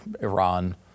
Iran